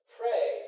pray